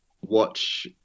Watch